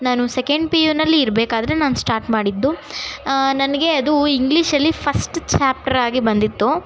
ನಾನು second P ಯುನಲ್ಲಿ ಇರಬೇಕಾದ್ರೆ ನಾನು ಸ್ಟಾರ್ಟ್ ಮಾಡಿದ್ದು ನನಗೆ ಅದು ಇಂಗ್ಲೀಷಲ್ಲಿ ಫಸ್ಟ್ ಚ್ಯಾಪ್ಟ್ರಾಗಿ ಬಂದಿತ್ತು